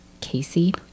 Casey